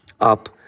up